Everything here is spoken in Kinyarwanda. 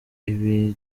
ibyo